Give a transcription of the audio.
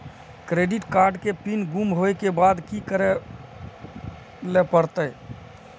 Credit card के PIN गुम होय के बाद की करै ल परतै?